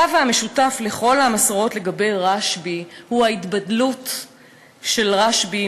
הקו המשותף לכל המסורות לגבי רשב"י הוא ההתבדלות של רשב"י